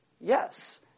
yes